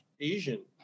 Asian